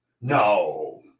No